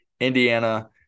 Indiana